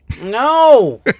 No